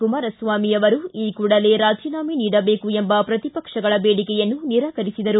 ಕುಮಾರಸ್ವಾಮಿ ಅವರು ಈ ಕೂಡಲೇ ರಾಜೀನಾಮೆ ನೀಡಬೇಕು ಎಂಬ ಪ್ರತಿಪಕ್ಷಗಳ ಬೇಡಿಕೆಯನ್ನು ನಿರಾಕರಿಸಿದರು